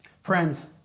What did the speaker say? Friends